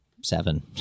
Seven